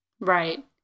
Right